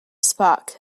spark